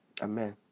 Amen